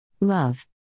Love